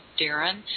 Darren